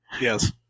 Yes